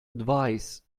advise